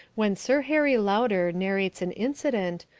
when sir harry lauder narrates an incident,